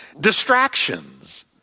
Distractions